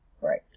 right